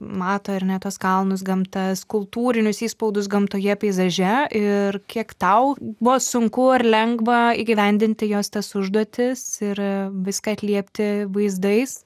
mato ar ne tuos kalnus gamtas kultūrinius įspaudus gamtoje peizaže ir kiek tau buvo sunku ar lengva įgyvendinti jos tas užduotis ir viską atliepti vaizdais